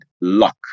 luck